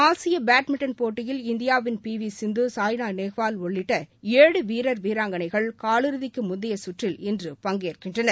ஆசிய பேட்மிண்டன் போட்டியில் இந்தியாவின் பி வி சிந்து சாய்னா நேவால் உள்ளிட்ட ஏழு வீரர் வீராங்கனைகள் காலிறுதிக்கு முந்தைய சுற்றில் இன்று பங்கேற்கின்றனர்